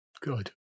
Good